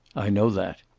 i know that.